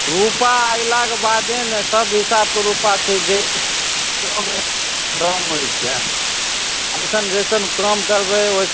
रुपा अयलाके बादे ने तब हिसाबकऽ रुपा छै देल काममे दाम होइछै इहाँ जैसन काम करबै ओइसन